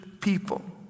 people